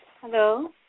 Hello